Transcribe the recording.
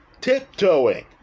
tiptoeing